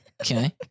Okay